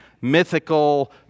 mythical